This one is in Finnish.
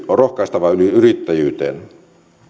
ja rohkaistava yrittäjyyteen